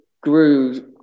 grew